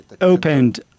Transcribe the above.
opened